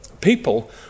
people